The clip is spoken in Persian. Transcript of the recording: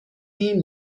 این